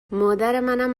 مادرمنم